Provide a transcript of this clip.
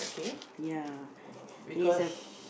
ya he's a